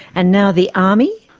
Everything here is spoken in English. and now the army?